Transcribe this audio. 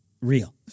Real